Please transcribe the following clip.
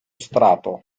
strato